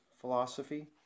philosophy